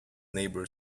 neighbor